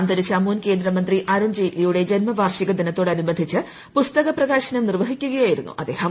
അന്തരിച്ച മുൻ കേന്ദ്രമന്ത്രി അരുൺ ജയ്റ്റ്ലിയുടെ ജന്മവാർഷിക ദിനത്തോടനുബന്ധിച്ച് പുസ്തക പ്രകാശനം നിർവ്വഹിക്കുകയായിരുന്നു അദ്ദേഹം